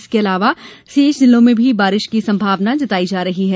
इसके अलावा शेष जिलों में भी बारिश की संभावना जतायी गयी है